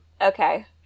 Okay